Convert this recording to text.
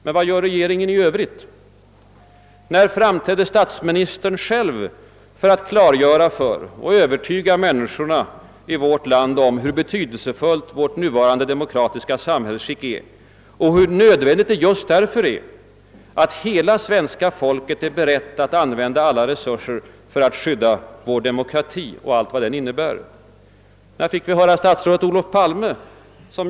Men vad gör regeringen i övrigt? När framträdde statsministern själv för att klargöra för och övertyga människorna i vårt land om hur betydelsefullt vårt nuvarande demokratiska samhällsskick är och hur nödvändigt det därför är att hela svenska folket är berett att utnyttja alla sina resurser för att skydda vår demokrati och allt vad den innebär? När fick vi höra statsrådet Olof Palme tala härom?